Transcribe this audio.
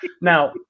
Now